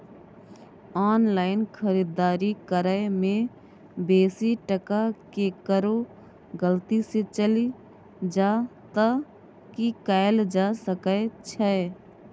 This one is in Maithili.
ऑनलाइन खरीददारी करै में बेसी टका केकरो गलती से चलि जा त की कैल जा सकै छै?